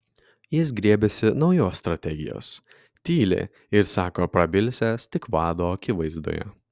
jis griebiasi naujos strategijos tyli ir sako prabilsiąs tik vado akivaizdoje